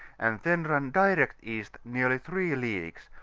and then run direct east nearly three leagues,